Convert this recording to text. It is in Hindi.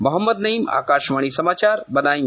मुहम्मद नईम आकाशवाणी समाचार बदायू